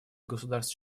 государств